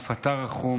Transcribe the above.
אף אתה רחום,